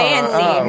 Fancy